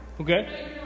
Okay